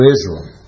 Israel